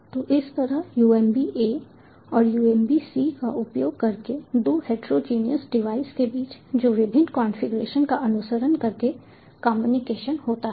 तो इस तरह UMB A और UMB C का उपयोग करके दो हेटेरोजेनेस डिवाइस के बीच जो विभिन्न कॉन्फ़िगरेशन का अनुसरण करके कम्युनिकेशन होता है